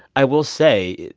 i will say,